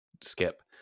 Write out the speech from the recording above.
skip